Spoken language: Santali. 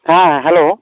ᱦᱮᱸ ᱦᱮᱞᱳ